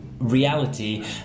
reality